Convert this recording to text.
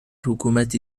حکومت